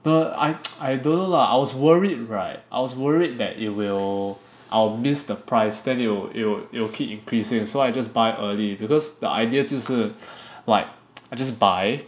no I I don't know lah I was worried right I was worried that it will I will miss the price that it'll it'll it'll keep increasing so I just buy early because the idea 就是 like I just buy